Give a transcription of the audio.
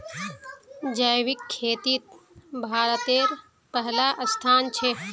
जैविक खेतित भारतेर पहला स्थान छे